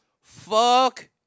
Fuck